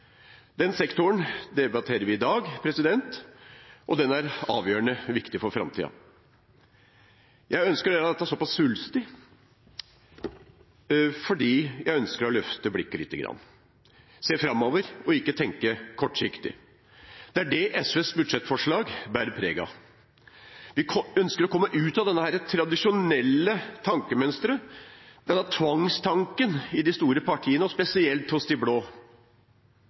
Den sektoren debatterer vi i dag, og den er avgjørende viktig for framtiden. Jeg ønsker å gjøre dette såpass svulstig fordi jeg ønsker å løfte blikket lite grann – se framover og ikke tenke kortsiktig. Det er det SVs budsjettforslag bærer preg av. Vi ønsker å komme ut av dette tradisjonelle tankemønsteret, denne tvangstanken i de store partiene – spesielt hos de blå.